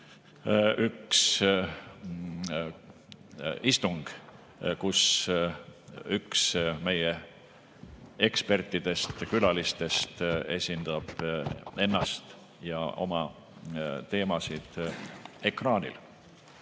üks istung, kus üks meie ekspertidest, külalistest esindab ennast ja oma teemasid ekraanil.